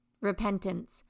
repentance